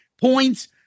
points